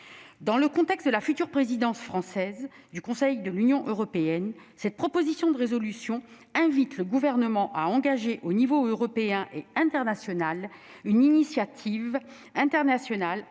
Dans le contexte de la future présidence française du Conseil de l'Union européenne, cette proposition de résolution « invite le Gouvernement à engager, au niveau européen et international, une initiative internationale